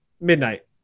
midnight